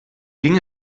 ging